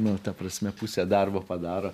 nu ta prasme pusę darbo padaro